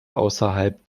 außerhalb